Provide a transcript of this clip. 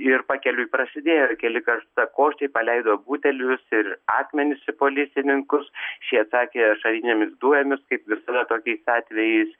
ir pakeliui prasidėjo keli karštakošiai paleido butelius ir akmenis į policininkus šie atsakė ašarinėmis dujomis kaip visada tokiais atvejais